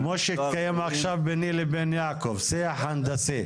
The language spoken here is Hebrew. כמו שהתקיים עכשיו ביני לבין יעקב, שיח הנדסי.